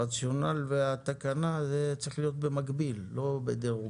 הרציונל והתקנה צריכים להיות במקביל, לא בדירוג.